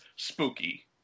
Spooky